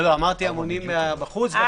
אמרתי המונים בחוץ.